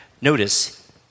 Notice